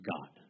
God